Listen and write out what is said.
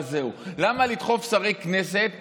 למה לדחוף חברי כנסת לשם,